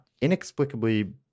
inexplicably